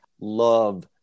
love